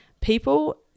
people